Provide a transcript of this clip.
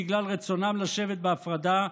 בגלל רצונם לשבת בהפרדה,